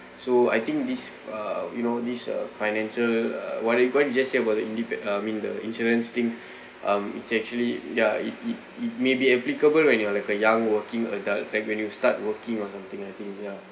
so I think this uh you know this uh financial while you going to just say about the indep~ uh I mean the insurance thing um it's actually ya it it it may be applicable when you're like a young working adult like when you start working or something I think ya